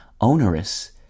onerous